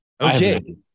Okay